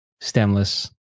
stemless